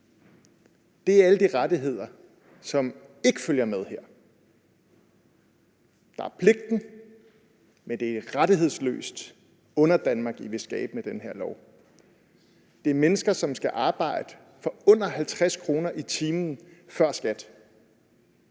Det er alle de rettigheder, som ikke følger med her. Der er pligten, men det er et rettighedsløst Underdanmark, I vil skabe med den her lov. Det er mennesker, som skal arbejde for under 50 kr. i timen før skat.